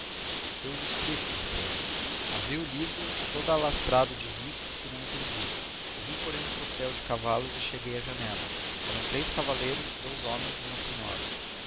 eu lhe explico disse ela abri o livro todo alastrado de riscos que não entendi ouvi porém um tropel de cavalos e cheguei à janela eram três cavaleiros dois homens e uma senhora